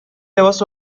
لباس